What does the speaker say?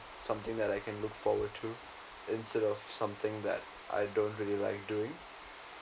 something that I can look forward to instead of something that I don't really like doing